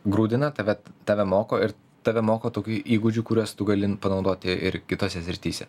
grūdina tave tave moko ir tave moko tokių įgūdžių kuriuos tu gali panaudoti ir kitose srityse